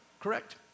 Correct